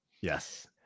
Yes